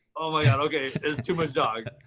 oh, i mean ok, it's too much dog.